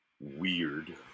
weird